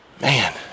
Man